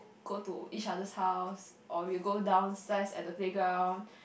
go to each others house or we go downstairs at the playground